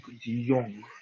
young